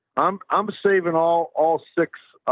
um i'm saving all, all six,